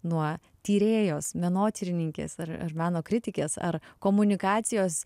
nuo tyrėjos menotyrininkės ar ar meno kritikės ar komunikacijos